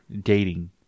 dating